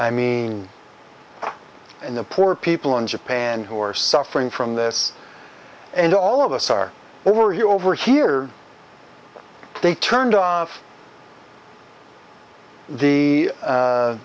i mean and the poor people in japan who are suffering from this and all of us are over you over here they turned on the